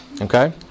Okay